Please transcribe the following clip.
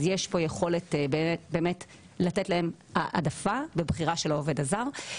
אז יש פה יכולת באמת לתת להם העדפה בבחירה של העובד הזר.